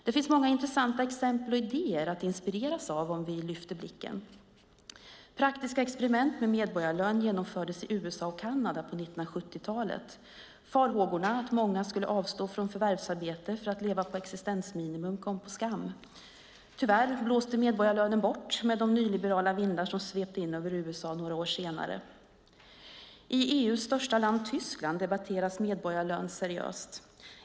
Det finns många intressanta exempel och idéer att inspireras av om vi lyfter blicken. Praktiska experiment med medborgarlön genomfördes i USA och Kanada på 1970-talet. Farhågorna att många skulle avstå från förvärvsarbete för att leva på existensminimum kom på skam. Tyvärr blåste medborgarlönen bort med de nyliberala vindar som svepte in över USA några år senare. I EU:s största land, Tyskland, debatteras medborgarlön seriöst.